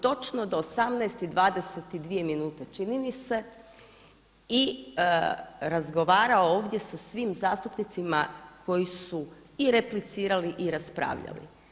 Točno do 18 i 22 minute čini mi se i razgovarao ovdje sa svim zastupnicima koji su i replicirali i raspravljali.